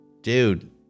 dude